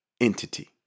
entity